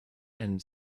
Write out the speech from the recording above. and